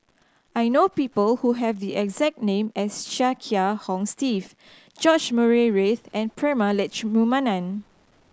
I know people who have the exact name as Chia Kiah Hong Steve George Murray Reith and Prema Letchumanan